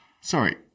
Sorry